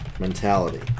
mentality